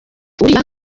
uriya